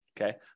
okay